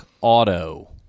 auto